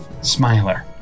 Smiler